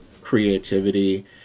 creativity